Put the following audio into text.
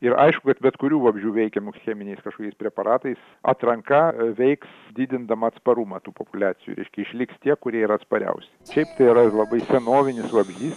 ir aišku kad bet kurių vabzdžių veikiamų su cheminiais kažkokiais preparatais atranka veiks didindama atsparumą tų populiacijų reiškia išliks tie kurie yra atspariausi šiaip tai yra ir labai senovinis vabzdys